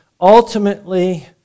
Ultimately